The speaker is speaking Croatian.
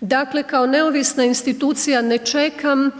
Dakle kao neovisna institucija ne čekam